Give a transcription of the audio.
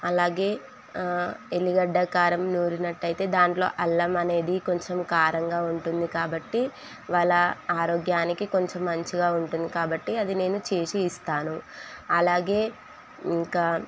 అలాగే ఎల్లిగడ్డ కారం నూరినట్టయితే దాంట్లో అల్లం అనేది కొంచెం కారంగా ఉంటుంది కాబట్టి వాళ్ళ ఆరోగ్యానికి కొంచెం మంచిగా ఉంటుంది కాబట్టి అది నేను చేసి ఇస్తాను అలాగే ఇంకా